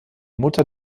mutter